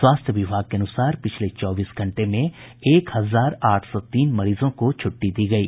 स्वास्थ्य विभाग के अनुसार पिछले चौबीस घंटे में एक हजार आठ सौ तीन मरीजों को छुट्टी दी गयी